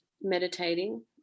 meditating